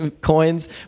coins